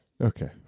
Okay